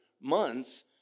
months